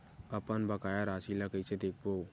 अपन बकाया राशि ला कइसे देखबो?